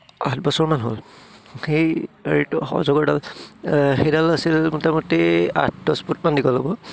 আঠ বছৰমান হ'ল সেই হেৰিটো অজগৰডাল সেইডাল আছিল মোটামুটি আঠ দহ ফুটমান দীঘল ল'ব